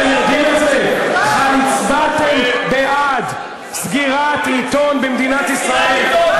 אתם הצבעתם בעד סגירת עיתון במדינת ישראל,